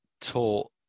taught